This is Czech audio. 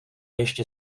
ještě